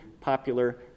popular